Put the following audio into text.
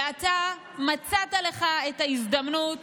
ואתה מצאת לך את הזדמנות